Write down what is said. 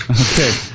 Okay